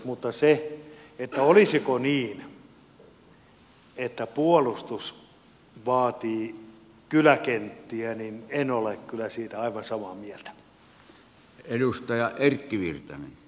mutta olisiko niin että puolustus vaatii kyläkenttiä en ole kyllä siitä aivan samaa mieltä